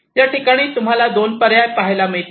या ठिकाणी तुम्हाला दोन पर्याय पाहायला मिळतील